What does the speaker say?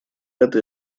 это